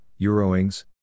Euroings